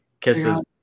Kisses